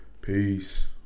Peace